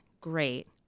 great